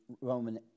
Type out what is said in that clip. Roman